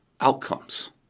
outcomes